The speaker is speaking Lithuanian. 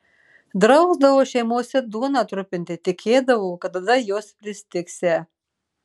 drausdavo šeimose duoną trupinti tikėdavo kad tada jos pristigsią